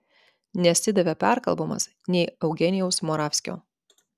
nesidavė perkalbamas nei eugenijaus moravskio